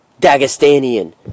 Dagestanian